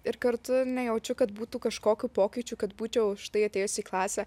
ir kartu nejaučiu kad būtų kažkokių pokyčių kad būčiau štai atėjus į klasę